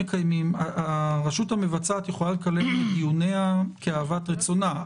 הרשות המבצעת יכולה לקיים את דיוניה כאוות רצונה.